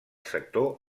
sector